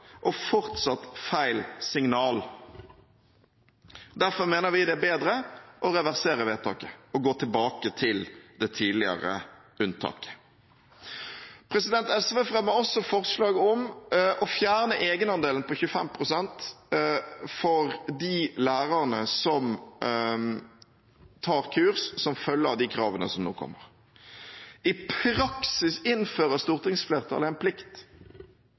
og gir fortsatt feil signal. Derfor mener vi det er bedre å reversere vedtaket og gå tilbake til det tidligere unntaket. SV fremmer også forslag om å fjerne egenandelen på 25 pst. for de lærerne som tar kurs som følger de kravene som nå kommer. I praksis innfører stortingsflertallet en plikt